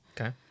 Okay